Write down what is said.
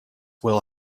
will